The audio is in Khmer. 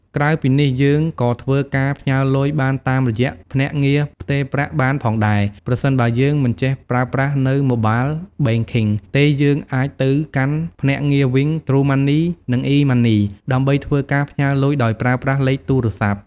ក្រៅពីនេះយើងក៏ធ្វើការផ្ញើរលុយបានតាមរយៈភ្នាក់ងារផ្ទេរប្រាក់បានផងដែរ ប្រសិនបើយើងមិនចេះប្រើប្រាស់នៅMobile Banking ទេយើងអាចទៅកាន់ភ្នាក់ងារវីង ទ្រូម៉ាន់នី និងអុីម៉ាន់នី ដើម្បីធ្វើការផ្ញើលុយដោយប្រើប្រាស់លេខទូរស័ព្ទ។